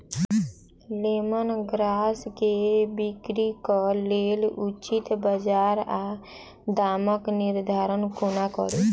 Lemon grass केँ बिक्रीक लेल उचित बजार आ दामक निर्धारण कोना कड़ी?